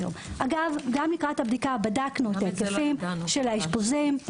לקראת הבדיקה בדקנו את ההיקפים של האשפוזים,